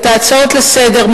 את ההצעות לסדר-היום,